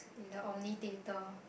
in the Omni Theatre